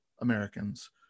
Americans